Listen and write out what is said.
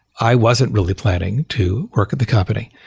i wasn't really planning to work at the company.